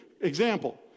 Example